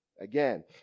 Again